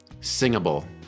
singable